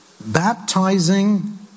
Baptizing